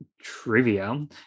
trivia